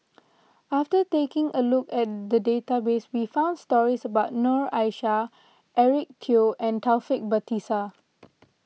after taking a look at the database we found stories about Noor Aishah Eric Teo and Taufik Batisah